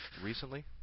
recently